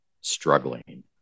struggling